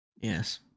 Yes